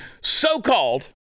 so-called